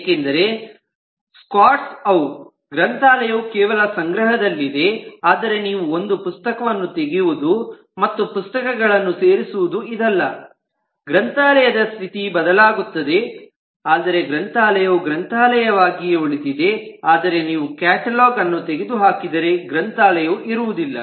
ಏಕೆಂದರೆ ಸ್ಕಾಟ್ಗಳು ಅವು ಗ್ರಂಥಾಲಯವು ಕೇವಲ ಸಂಗ್ರಹದಲ್ಲಿದೆ ಆದರೆ ನೀವು ಒಂದು ಪುಸ್ತಕವನ್ನು ತೆಗೆಯುವುದು ಮತ್ತು ಪುಸ್ತಕಗಳನ್ನು ಸೇರಿಸುವುದು ಇದಲ್ಲ ಗ್ರಂಥಾಲಯದ ಸ್ಥಿತಿ ಬದಲಾಗುತ್ತದೆ ಆದರೆ ಗ್ರಂಥಾಲಯವು ಗ್ರಂಥಾಲಯವಾಗಿಯೇ ಉಳಿದಿದೆ ಆದರೆ ನೀವು ಕ್ಯಾಟಲಾಗ್ ಅನ್ನು ತೆಗೆದುಹಾಕಿದರೆ ಗ್ರಂಥಾಲಯವು ಇರುವುದಿಲ್ಲ